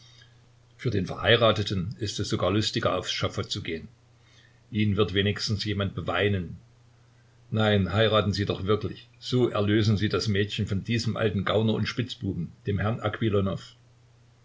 für den verheirateten ist es sogar lustiger aufs schafott zu gehen ihn wird wenigstens jemand beweinen nein heiraten sie doch wirklich so erlösen sie das mädchen von diesem alten gauner und spitzbuben dem herrn